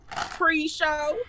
Pre-show